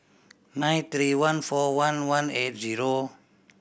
nine three one four one one eight zero